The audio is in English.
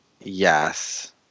Yes